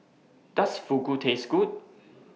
Does Fugu Taste Good